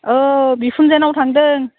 औ बिखुनजोनाव थांदों